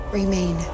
remain